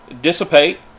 dissipate